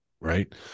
Right